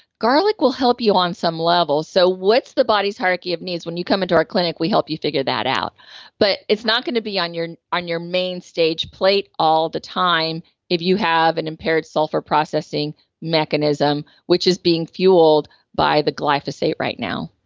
garlic will help you on some level. so, what's the body's hierarchy of needs? when you come into our clinic, we help you figure that out but, it's not going to be on your on your main stage plate all the time if you have an impaired sulfur processing mechanism, which is being fueled by the glyphosate right now